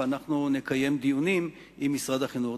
ואנחנו נקיים דיונים עם משרד החינוך.